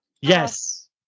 Yes